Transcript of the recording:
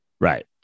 right